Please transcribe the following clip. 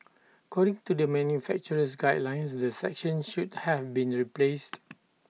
according to the manufacturer's guidelines the section should have been replaced